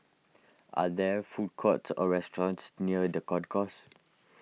are there food courts or restaurants near the Concourse